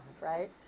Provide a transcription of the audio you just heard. right